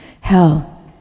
Hell